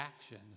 actions